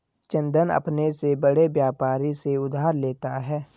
चंदन अपने से बड़े व्यापारी से उधार लेता है